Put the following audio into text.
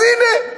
אז הנה,